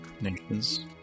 nations